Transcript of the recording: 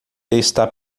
está